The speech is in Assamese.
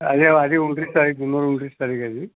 আজা আজি ঊনত্ৰিছ তাৰিখ জুনৰ ঊনত্ৰিছ তাৰিখ আজি